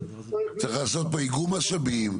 צריך לעשות פה איגום משאבים,